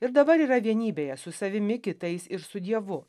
ir dabar yra vienybėje su savimi kitais ir su dievu